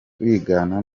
kwigana